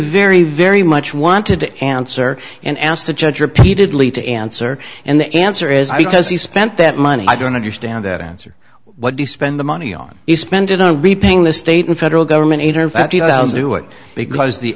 very much wanted to answer and asked the judge repeatedly to answer and the answer is because he spent that money i don't understand that answer what do you spend the money on you spend it on repaying the state and federal government eight hundred thousand who it because the